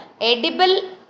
edible